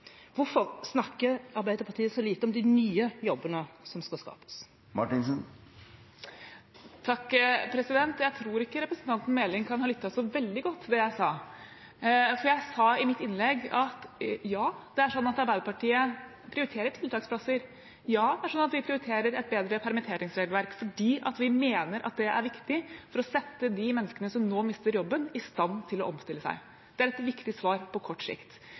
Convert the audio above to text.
Hvorfor snakker Arbeiderpartiet så lite om de nye jobbene som skal skapes? Jeg tror ikke representanten Meling kan ha lyttet så veldig godt til det jeg sa, for jeg sa i mitt innlegg: Ja, Arbeiderpartiet prioriterer tiltaksplasser. Ja, vi prioriterer et bedre permitteringsregelverk, for vi mener at det er viktig for å sette de menneskene som nå mister jobben, i stand til å omstille seg. Det er et viktig svar på kort sikt.